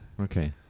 okay